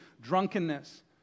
drunkenness